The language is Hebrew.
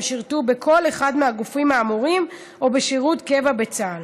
שירתו בכל אחד מהגופים האמורים או בשירות קבע בצה"ל.